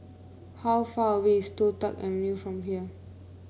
how far away is Toh Tuck Avenue from here